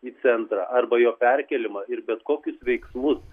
į centrą arba jo perkėlimą ir bet kokius veiksmus